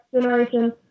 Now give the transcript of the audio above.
Generation